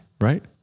right